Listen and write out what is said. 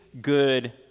good